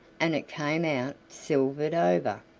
and it came out silvered over.